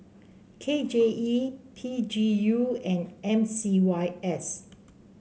K J E P G U and M C Y S